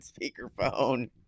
speakerphone